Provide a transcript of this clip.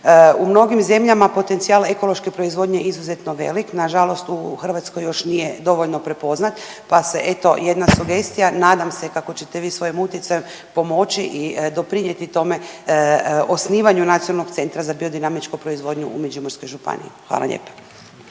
U mnogih zemljama potencijal ekološke proizvodnje je izuzetno velik, nažalost u Hrvatskoj još nije dovoljno prepoznat, pa se eto, jedna sugestija, nadam se kako ćete vi svojim utjecajem pomoći i doprinijeti tome osnivanju nacionalnog centra za biodinamičku proizvodnju u Međimurskoj županiji. Hvala lijepa.